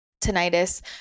tinnitus